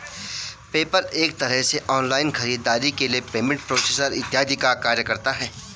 PayPal एक तरह से ऑनलाइन खरीदारी के लिए पेमेंट प्रोसेसर इत्यादि का कार्य करता है